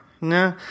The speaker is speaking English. No